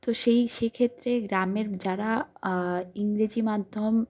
তো সেই সেক্ষেত্রে গ্রামের যারা ইংরেজি মাধ্যম